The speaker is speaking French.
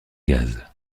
gaz